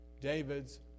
David's